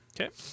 Okay